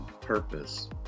Purpose